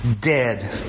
dead